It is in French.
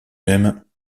même